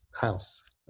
house